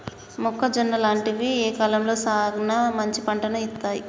మొక్కజొన్న లాంటివి ఏ కాలంలో సానా మంచి పంటను ఇత్తయ్?